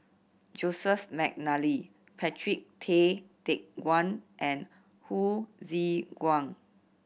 Joseph McNally Patrick Tay Teck Guan and Hsu Tse Kwang